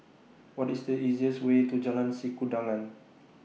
What IS The easiest Way to Jalan Sikudangan